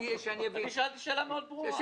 שאלתי שאלה ברורה מאוד.